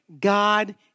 God